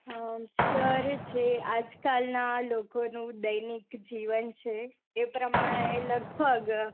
હા સર જે આજકાલના લોકોનું દૈનિક જીવન છે એ પ્રમાણે લગભગ